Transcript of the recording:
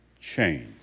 change